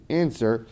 answer